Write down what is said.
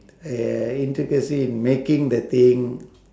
uh intricacy in making the thing